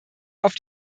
auf